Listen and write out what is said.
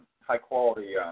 high-quality